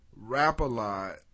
Rap-A-Lot